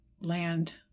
land